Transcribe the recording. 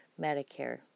Medicare